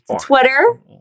twitter